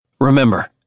Remember